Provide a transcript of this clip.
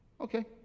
okay